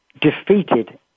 defeated